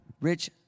Rich